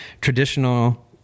traditional